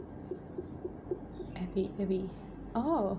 abi abi oh